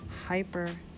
hyper